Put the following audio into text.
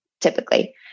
typically